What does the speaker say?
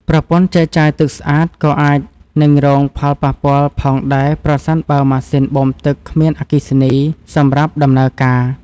ប្រព័ន្ធចែកចាយទឹកស្អាតក៏អាចនឹងរងផលប៉ះពាល់ផងដែរប្រសិនបើម៉ាស៊ីនបូមទឹកគ្មានអគ្គិសនីសម្រាប់ដំណើរការ។